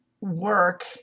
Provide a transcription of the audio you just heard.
work